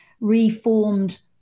reformed